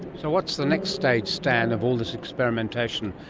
so what's the next stage, stan, of all this experimentation?